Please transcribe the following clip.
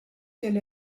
tel